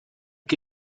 que